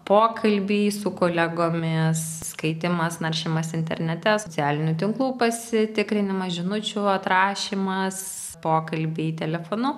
pokalbiai su kolegomis skaitymas naršymas internete socialinių tinklų pasitikrinimas žinučių atrašymas pokalbiai telefonu